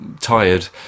tired